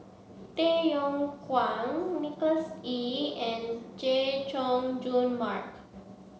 Tay Yong Kwang Nicholas Ee and Chay Jung Jun Mark